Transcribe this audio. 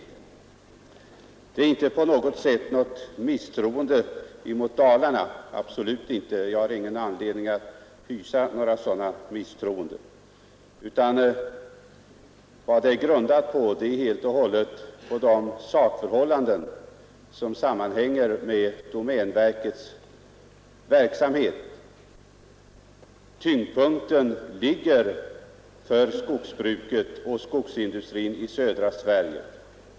Här är det inte på något sätt fråga om misstroende mot Dalarna, absolut inte. Jag har ingen anledning att hysa någon sådan. Reservationen är helt och hållet grundad på de sakförhållanden som sammanhänger med domänverkets verksamhet. Skogsbrukets och skogsindustrins tyngdpunkt ligger i södra Sverige.